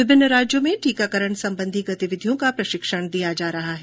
विभिन्न राज्यों में टीकाकरण संबंधी गतिविधियों का प्रशिक्षण दिया जा रहा है